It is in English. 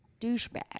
douchebag